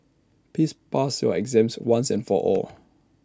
please pass your exams once and for all